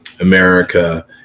America